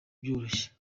byoroshye